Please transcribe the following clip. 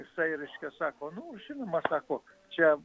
jisai reiškia sako nu žinoma sako čia